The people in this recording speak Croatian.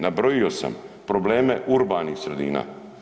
Nabrojio sam probleme urbanih sredina.